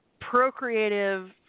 procreative